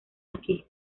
aquí